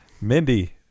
Mindy